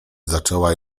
zaczęła